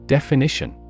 Definition